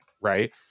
Right